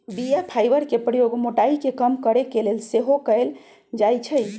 बीया फाइबर के प्रयोग मोटाइ के कम करे के लेल सेहो कएल जाइ छइ